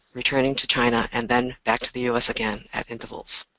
returning to china, and then back to the us again at intervals.